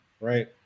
right